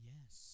Yes